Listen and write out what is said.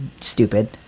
stupid